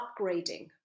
upgrading